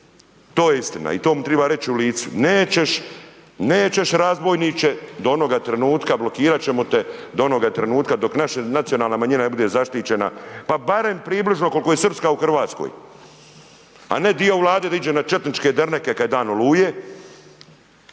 to je istina i to mu triba reći u licu, nećeš, nećeš razbojniče do onoga trenutka blokirat ćemo te, do onoga trenutka dok naša nacionalna manjina ne bude zaštićena, pa barem približno kolko je srpska u RH, a ne dio Vlade da iđe na četničke derneke kad je dan Oluje